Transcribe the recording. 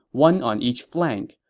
one on each flank.